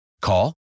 Call